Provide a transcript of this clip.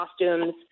costumes